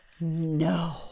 no